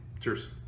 Cheers